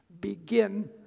begin